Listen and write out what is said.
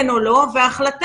חייב